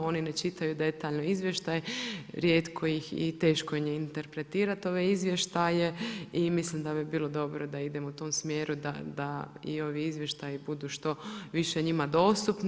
Oni ne čitaju detaljno izvještaj, rijetkih i teško im je interpretirati ove izvještaje i mislim da bi bilo dobro da idemo u tom smjeru, da i ovi izvještaji budu što više njima dostupni.